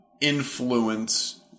influence